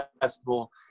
festival